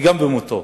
גם במותו.